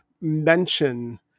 mention